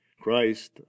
Christ